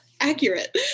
accurate